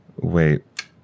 Wait